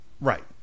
Right